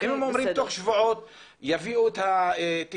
אם הם אומרים תוך שבועות יביאו את התיקון,